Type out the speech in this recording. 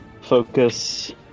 focus